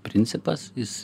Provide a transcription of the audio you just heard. principas jis